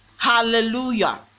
hallelujah